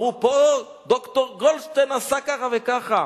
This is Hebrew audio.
אמרו: פה ד"ר גולדשטיין עשה ככה וככה,